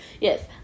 Yes